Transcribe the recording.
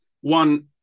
one